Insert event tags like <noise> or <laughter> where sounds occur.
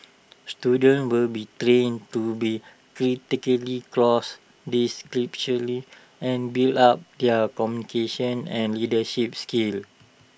students will be trained to be think critically across <unintelligible> and build up their communication and leadership skills